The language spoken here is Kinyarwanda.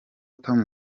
tom